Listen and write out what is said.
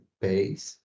base